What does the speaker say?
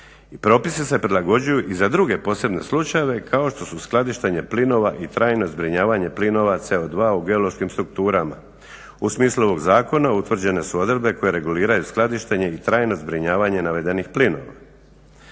propisi se prilagođuju i za druge posebne slučajeve kao što su skladištenje plinova i trajno zbrinjavanje plinova CO2 u geološkim strukturama. U smislu ovog zakona utvrđene su odredbe koje reguliraju skladištenje i trajno zbrinjavanje navedenih plinova.